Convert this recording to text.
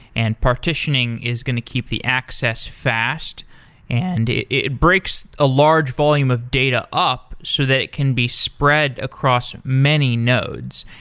and partitioning is going to keep the access fast and it breaks a large volume of data up so that it can be spread across many nodes.